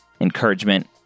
encouragement